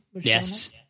Yes